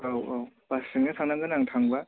औ औ बासजोंनो थांनांगोन आं थांबा